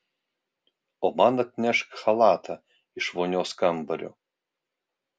o man atnešk chalatą iš vonios kambario